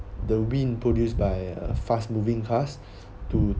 the wind produced by a fast moving cast to